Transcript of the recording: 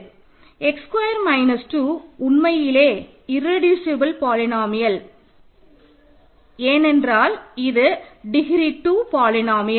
x square minus 2 உண்மையிலே irreducible polynomial ஏனென்றால் இது டிகிரி 2 பாலினோமியல்